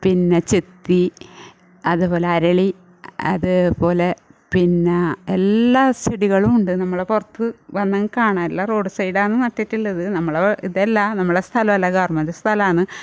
പിന്നെ ചെത്തി അതുപോലെ അരളി അതുപോലെ പിന്നെ എല്ലാ ചെടികളും ഉണ്ട് നമ്മുടെ പുറത്ത് വന്നെങ്കിൽ കാണാം എല്ലാം റോഡ് സൈഡ് ആണ് നട്ടിട്ടുള്ളത് നമ്മളെ ഇതല്ല നമ്മളെ സ്ഥലമല്ല ഗവർമെൻറ്റ് സ്ഥലമാണ്